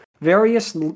various